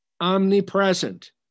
omnipresent